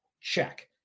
check